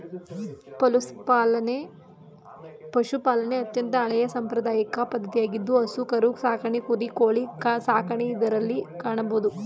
ಪಶುಪಾಲನೆ ಅತ್ಯಂತ ಹಳೆಯ ಸಾಂಪ್ರದಾಯಿಕ ಪದ್ಧತಿಯಾಗಿದ್ದು ಹಸು ಕರು ಸಾಕಣೆ ಕುರಿ, ಕೋಳಿ ಸಾಕಣೆ ಇದರಲ್ಲಿ ಕಾಣಬೋದು